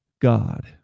God